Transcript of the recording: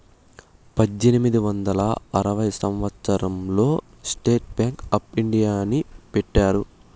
పద్దెనిమిది వందల ఆరవ సంవచ్చరం లో స్టేట్ బ్యాంక్ ఆప్ ఇండియాని పెట్టినారు